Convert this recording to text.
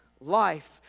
life